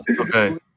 Okay